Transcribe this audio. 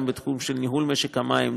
גם בתחום של ניהול משק המים,